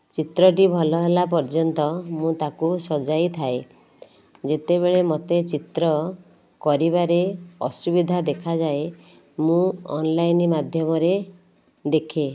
ଚିତ୍ରଟି ଭଲ ହେଲା ପର୍ଯ୍ୟନ୍ତ ମୁଁ ତାକୁ ସଜାଇଥାଏ ଯେତେବେଳେ ମୋତେ ଚିତ୍ର କରିବାରେ ଅସୁବିଧା ଦେଖାଯାଏ ମୁଁ ଅନ୍ଲାଇନ୍ ମାଧ୍ୟମରେ ଦେଖେ